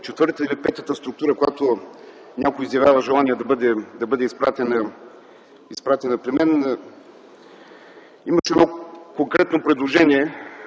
четвъртата или петата структура, която някой изявява желание да бъде изпратена при мен. Имаше конкретно предложение